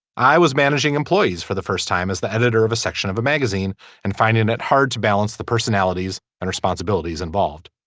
i was managing employees for the first time as the editor of a section of a magazine and finding it hard to balance the personalities and responsibilities involved.